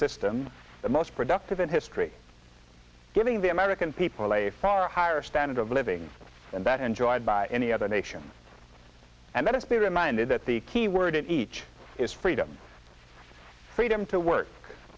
system the most productive in history giving the american people a far higher standard of living and that enjoyed by any other nation and let us be reminded that the key word in each is freedom freedom to work